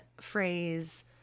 phrase